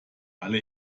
alle